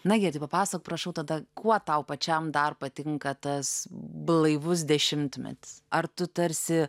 nagi tai papasakok prašau tada kuo tau pačiam dar patinka tas blaivus dešimtmetis ar tu tarsi